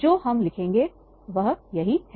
जो हम लिखेंगे वह यही है